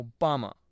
Obama